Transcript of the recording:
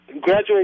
graduate